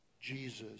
Jesus